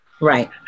Right